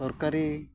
ᱥᱚᱨᱠᱟᱨᱤ